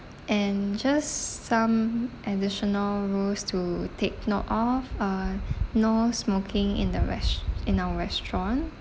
and just some additional rules to take note of uh no smoking in the res~ in our restaurant